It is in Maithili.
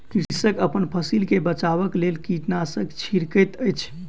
कृषक अपन फसिल के बचाबक लेल कीटनाशक छिड़कैत अछि